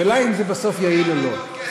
השאלה אם בסוף זה יעיל או לא,